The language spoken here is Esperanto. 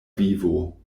vivo